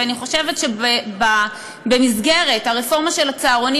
ואני חושבת שבמסגרת הרפורמה של הצהרונים